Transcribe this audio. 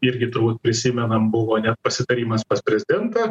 irgi turbūt prisimenam buvo net pasitarimas pas prezidentą